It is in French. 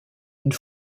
une